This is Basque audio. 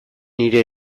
nire